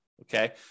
okay